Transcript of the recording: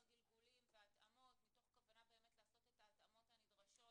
גלגולים והתאמות מתוך כוונה לעשות את ההתאמות הנדרשות